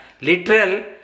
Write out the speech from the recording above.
literal